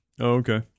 Okay